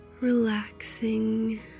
Relaxing